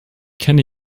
kenne